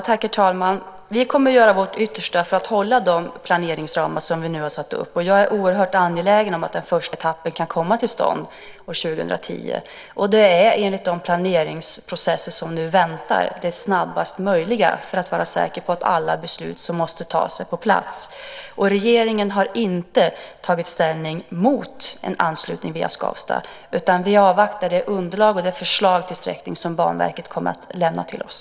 Herr talman! Vi kommer att göra vårt yttersta för att hålla de planeringsramar som vi nu har satt upp, och jag är oerhört angelägen om att den första etappen kan komma till stånd 2010. Det är enligt de planeringsprocesser som nu väntar det snabbaste möjliga för att vi ska kunna vara säkra på att alla beslut som måste tas är på plats. Regeringen har inte tagit ställning mot en anslutning via Skavsta, utan vi avvaktar det underlag och det förslag till sträckning som Banverket kommer att lämna till oss.